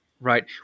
right